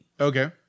Okay